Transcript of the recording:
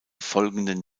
folgenden